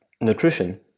nutrition